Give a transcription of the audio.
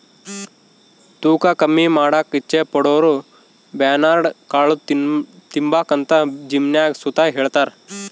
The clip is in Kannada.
ತೂಕ ಕಮ್ಮಿ ಮಾಡಾಕ ಇಚ್ಚೆ ಪಡೋರುಬರ್ನ್ಯಾಡ್ ಕಾಳು ತಿಂಬಾಕಂತ ಜಿಮ್ನಾಗ್ ಸುತ ಹೆಳ್ತಾರ